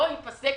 שזה לא ייפסק,